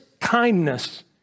kindness